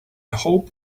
hope